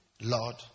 Lord